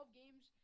games